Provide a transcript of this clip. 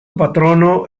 patrono